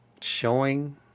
showing